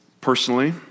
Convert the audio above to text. Personally